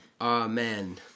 Amen